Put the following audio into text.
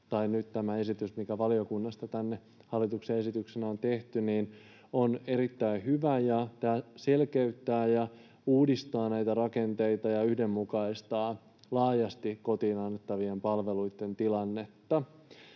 tämä esitys, mikä valiokunnasta tänne hallituksen esityksenä on tehty, on erittäin hyvä, ja tämä selkeyttää ja uudistaa näitä rakenteita ja yhdenmukaistaa laajasti kotiin annettavien palveluitten tilannetta.